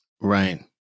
Right